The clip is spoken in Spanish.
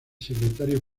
secretario